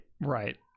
right